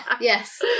Yes